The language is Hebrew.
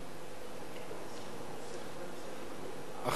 אחריו, חבר הכנסת מיכאלי.